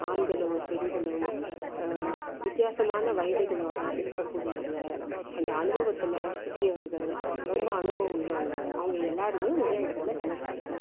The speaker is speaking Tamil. ஆண்களும் பெண்களும் வித்தியாசமான வயதுகளோடு இருக்கக்கூடியவங்க அந்த அனுபவத்தில் புதியவர்கள் ரொம்ப அனுபவம் உள்ளவங்க அவங்க எல்லோருமே ஒரே இடத்துல வேலை செய்கிறோம்